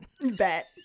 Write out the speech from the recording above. Bet